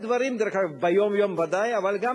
ביום-יום ודאי, אבל גם